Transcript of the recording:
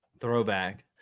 Throwback